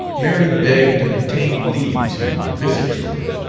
mary begged and obtained leave to visit george,